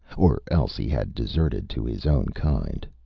or else he had deserted to his own kind.